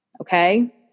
Okay